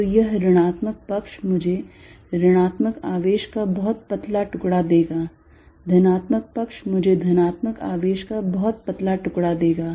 तो यह ऋणात्मक पक्ष मुझे ऋणात्मक आवेश का बहुत पतला टुकड़ा देगा धनात्मक पक्ष मुझे धनात्मक आवेश का बहुत पतला टुकड़ा देगा